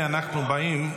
אתה לא צריך.